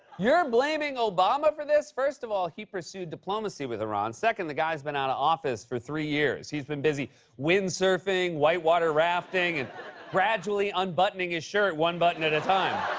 you're and blaming obama for this? first of all, he pursued diplomacy with iran. second, the guy's been out of office for three years. he's been busy windsurfing, whitewater whitewater rafting, and gradually unbuttoning his shirt one button at a time.